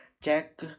Jack